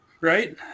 right